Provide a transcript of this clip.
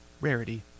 rarity